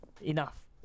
enough